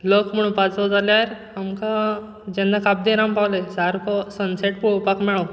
luck म्हणपाचो जाल्यार आमकां जेन्ना काब दे राम पावलें सारको सनसॅट पळोवपाक मेळ्ळो